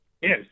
Yes